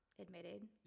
admitted